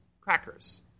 crackers